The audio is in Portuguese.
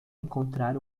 encontrar